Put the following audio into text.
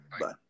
Bye